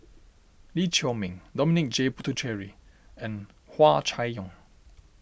Lee Chiaw Meng Dominic J Puthucheary and Hua Chai Yong